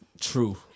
True